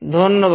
ধন্যবাদ